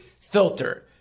filter